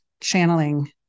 channeling